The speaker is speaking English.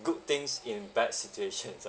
good things in bad situations ah